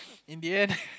in the end